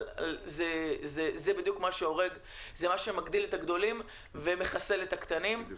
אבל זה בדיוק מה שמגדיל את הגדולים ומחסל את הקטנים.